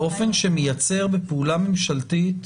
באופן שמייצר בפעולה ממשלתית